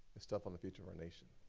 it's tough on the future of our nation.